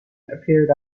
appeared